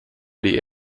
die